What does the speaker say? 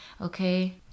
Okay